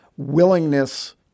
willingness